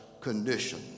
condition